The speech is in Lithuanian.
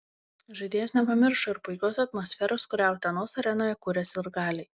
žaidėjas nepamiršo ir puikios atmosferos kurią utenos arenoje kuria sirgaliai